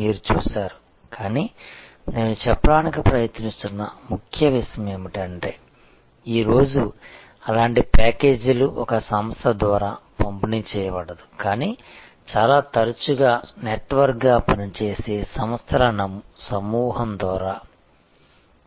మీరు చూశారు కానీ నేను చెప్పడానికి ప్రయత్నిస్తున్న ముఖ్య విషయం ఏమిటంటే ఈరోజు అలాంటి ప్యాకేజీలు ఒక సంస్థ ద్వారా పంపిణీ చేయబడదు కానీ చాలా తరచుగా నెట్వర్క్గా పనిచేసే సంస్థల సమూహం ద్వారా అందిస్తారు